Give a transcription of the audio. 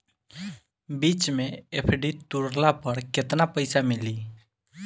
बीच मे एफ.डी तुड़ला पर केतना पईसा मिली?